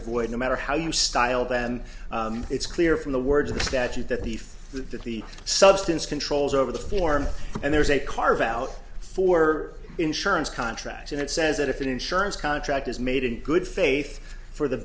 void no matter how you styled and it's clear from the words of the statute that the that the substance controls over the form and there's a carve out for insurance contracts and it says that if an insurance contract is made in good faith for the